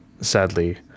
sadly